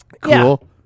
cool